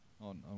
on